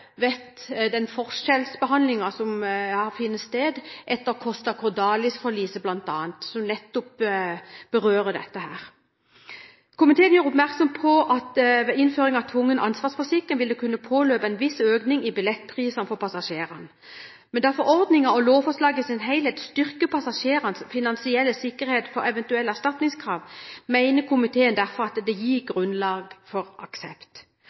den forskjellsbehandlingen som har funnet sted etter «Costa Concordia»-forliset bl.a., som nettopp berører dette. Komiteen gjør oppmerksom på at ved innføring av tvungen ansvarsforsikring vil det kunne påløpe en viss økning i billettprisene for passasjerene, men da forordningen og lovforslaget i sin helhet styrker passasjerenes finansielle sikkerhet for eventuelle erstatningskrav, mener komiteen at det gir grunnlag for aksept.